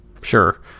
Sure